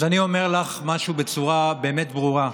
אז אני אומר לך משהו בצורה באמת ברורה: